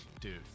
Dude